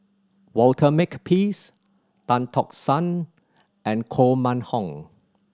Walter Makepeace Tan Tock San and Koh Mun Hong